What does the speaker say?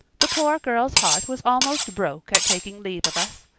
the poor girl's heart was almost broke at taking leave of us.